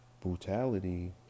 brutality